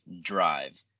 drive